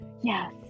yes